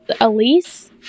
Elise